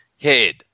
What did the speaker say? head